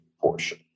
portion